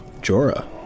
Jorah